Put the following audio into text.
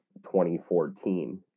2014